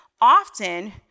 often